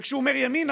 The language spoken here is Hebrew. כשהוא אומר: ימינה,